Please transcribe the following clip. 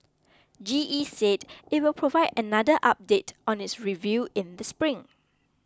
G E said it will provide another update on its review in the spring